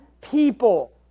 people